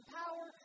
power